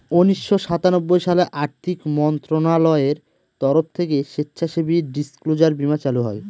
উনিশশো সাতানব্বই সালে আর্থিক মন্ত্রণালয়ের তরফ থেকে স্বেচ্ছাসেবী ডিসক্লোজার বীমা চালু হয়